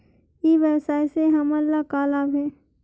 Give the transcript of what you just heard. ई व्यवसाय से हमन ला का लाभ हे?